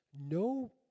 no